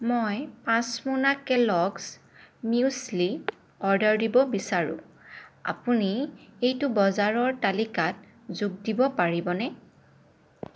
মই পাঁচ মোনা কেলগ্ছ মিউছ্লি অৰ্ডাৰ দিব বিচাৰোঁ আপুনি এইটো বজাৰৰ তালিকাত যোগ দিব পাৰিবনে